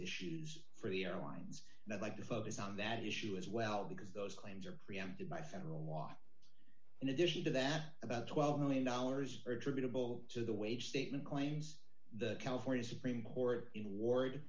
issues for the airlines and i'd like to focus on that issue as well because those claims are preempted by federal law in addition to that about twelve million dollars are attributable to the wage statement claims the california supreme court in ward